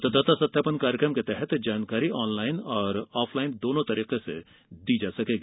मतदाता सत्यापन कार्यक्रम के तहत जानकारी ऑनलाइन और ऑफलाइन दोनो तरीके से दी जा सकेगी